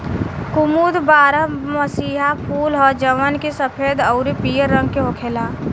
कुमुद बारहमसीया फूल ह जवन की सफेद अउरी पियर रंग के होखेला